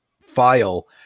file